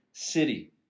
city